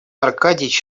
аркадьич